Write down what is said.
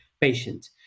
patient